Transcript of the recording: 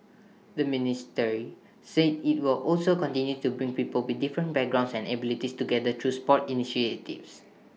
the ministry said IT will also continue to bring people with different backgrounds and abilities together through sports initiatives